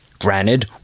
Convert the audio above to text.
granted